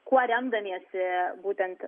kuo remdamiesi būtent